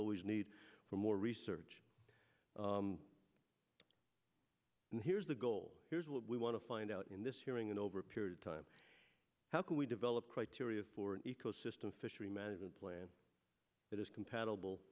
always need for more research and here's the goal here's what we want to find out in this hearing and over a period of time how can we develop criteria for an ecosystem fishery management plan that is compatible